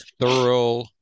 Thorough